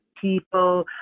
people